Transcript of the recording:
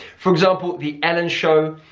for example the ellen show,